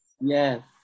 Yes